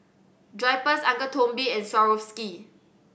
Drypers Uncle Toby's and Swarovski